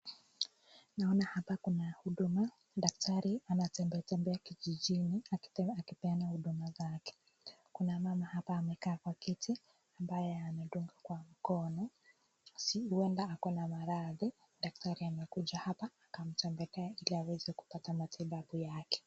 Naona hapa kuna huduma, daktari anatembeatembea kijijini akipena huduma zake. Kuna mama hapa amekaa kwa kiti ambaye amedungwa kwa mkono. Huenda ako na maradhi, daktari amekuja hapa akamtembelea ili aweze kupata matibabu yake.